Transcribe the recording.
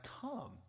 come